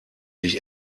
nicht